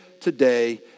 today